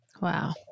Wow